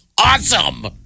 Awesome